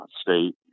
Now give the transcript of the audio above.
state